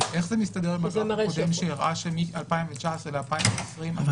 אז איך מסתדר עם הגרף הקודם שהראה שמ-2019 ל-2020 הייתה עלייה?